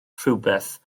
rhywbeth